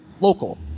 local